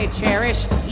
cherished